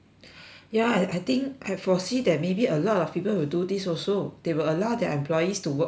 ya I I think I foresee that maybe a lot of people who do this also they will allow their employees to work from home